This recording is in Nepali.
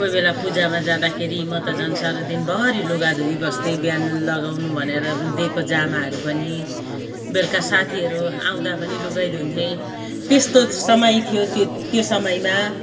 कोही बेला पूजामा जाँदाखेरि म त झन् साह्रो दिनभरी लुगा धोइबस्थेँ बिहान लगाउनु भनेर दिएको जामाहरू पनि बेलुका साथीहरू आउँदा पनि लुगै धुन्थेँ त्यस्तो समय थियो त्यो समयमा